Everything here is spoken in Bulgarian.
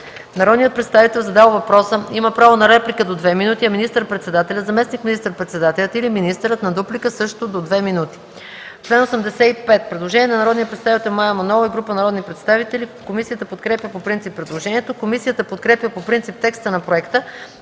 Народният представител, задал въпроса, има право на реплика до 2 минути, а министър-председателят, заместник министър-председателят или министърът - на дуплика, също до 2 минути.”